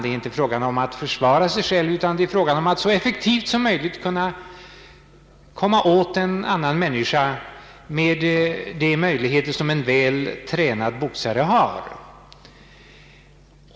Det är nu inte fråga om att försvara sig själv utan om att så effektivt som möjligt komma åt en annan människa med de möjligheter en väl tränad boxare har.